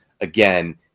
again